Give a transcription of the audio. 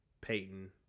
Peyton